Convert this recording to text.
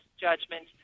judgment